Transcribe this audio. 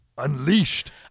Unleashed